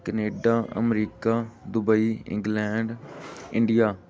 Canada America Dubai England India